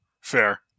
Fair